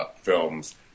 Films